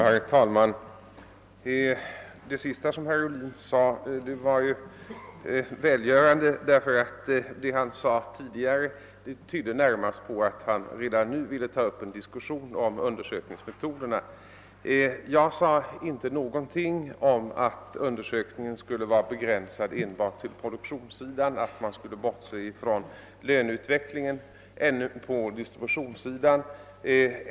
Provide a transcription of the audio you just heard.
Herr talman! De sista orden i herr Ohlins anförande var välgörande, eftersom det han sade tidigare närmast tydde på att han redan nu ville ta upp en diskussion om undersökningsmetoderna. Jag sade inte någonting om att undersökningen skulle vara begränsad till enbart produktionssidan och att man skulle bortse från löneutvecklingen på distributionssidan.